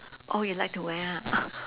oh you like to wear ha